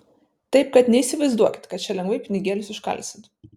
taip kad neįsivaizduokit kad čia lengvai pinigėlius užkalsit